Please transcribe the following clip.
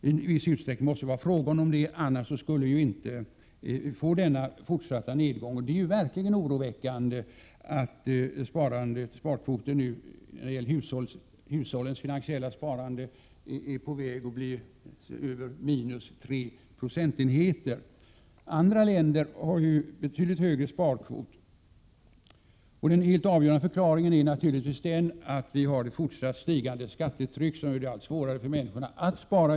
I viss utsträckning måste det vara fråga om detta, annars skulle vi inte ha denna fortsatta nedgång. Det är verkligen oroväckande att sparkvoten när det gäller hushållens finansiella sparande är på väg att bli drygt minus tre procentenheter. Andra länder har betydligt högre sparkvot. Den helt avgörande förklaringen är naturligtvis att skattetrycket fortsätter att stiga, vilket givetvis gör det svårare för människorna att spara.